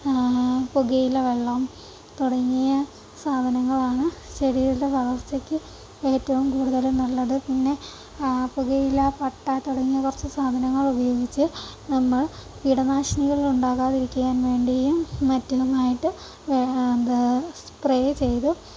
പുകയില വെള്ളം തുടങ്ങിയ സാധനങ്ങളാണ് ചെടിയുടെ വളർച്ചയ്ക്ക് ഏറ്റവും കൂടുതലും നല്ലത് പിന്നെ പുകയില പട്ട തുടങ്ങിയ കുറച്ച് സാധനങ്ങൾ ഉപയോഗിച്ച് നമ്മൾ കീടനാശിനികൾ ഉണ്ടാകാതിരിക്കാൻ വേണ്ടിയും മറ്റുമായിട്ട് എന്താണ് സ്പ്രേ ചെയ്ത്